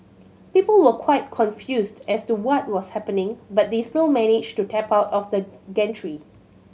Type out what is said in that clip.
people were quite confused as to what was happening but they still managed to tap out of the gantry